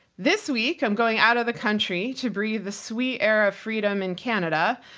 this week, i'm going out of the country to breathe the sweet air of freedom in canada.